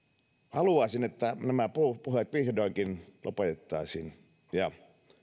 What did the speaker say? haluaisin että nämä puheet vihdoinkin lopetettaisiin ja